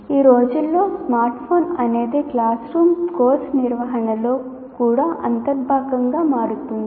ఈ రోజుల్లో స్మార్ట్ఫోన్ అనేది క్లాస్ రూమ్ కోర్సు నిర్వహణలో కూడా అంతర్భాగంగా మారుతోంది